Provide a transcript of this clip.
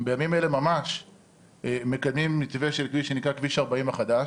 בימים אלה ממש מקדמים מתווה שנקרא 'כביש 40 החדש'